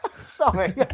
Sorry